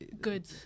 good